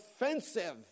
offensive